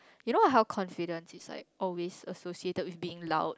you know how confidence is like always associated with being loud